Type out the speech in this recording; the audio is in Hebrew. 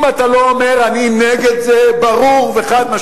אם אתה לא אומר: אני נגד זה, ברור וחד-משמעית,